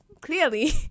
clearly